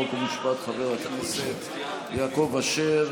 חוק ומשפט חבר הכנסת יעקב אשר.